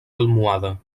almohade